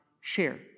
share